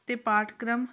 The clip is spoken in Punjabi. ਅਤੇ ਪਾਠਕ੍ਰਮ